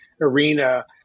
arena